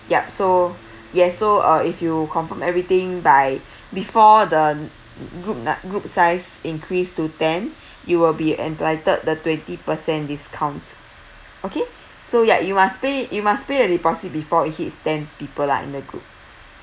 yup so yes so uh if you confirm everything by before the group group size increase to ten you will be entitled the twenty percent discount okay so ya you must pay you must pay a deposit before it hits ten people lah in the group